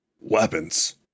Weapons